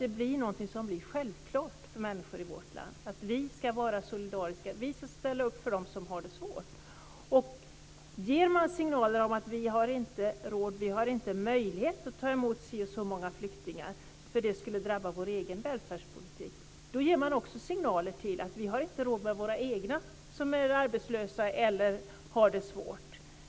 Det blir någonting självklart för människor i vårt land att vi ska vara solidariska och ställa upp för dem som har det svårt. Ger man signaler om att vi inte har råd eller möjlighet att ta emot si eller så många flyktingar för att det skulle drabba vår egen välfärdspolitik ger man också signaler om att vi inte har råd med våra egna som är arbetslösa eller har det svårt.